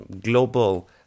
global